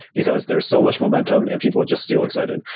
because there's so much momentum and people just feel excited.